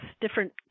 different